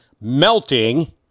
melting